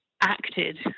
acted